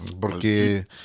Porque